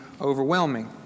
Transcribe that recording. overwhelming